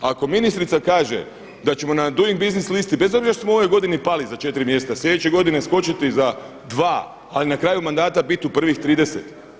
Ako ministrica kaže da ćemo na doing business listi bez obzira što smo u ovoj godini pali za četiri mjesta sljedeće godine skočiti za dva, ali na kraju mandata bit u prvih 30.